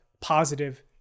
positive